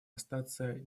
остаться